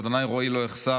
ה' רעי לא אחסר.